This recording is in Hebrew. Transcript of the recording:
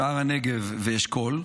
שער הנגב ואשכול,